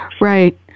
Right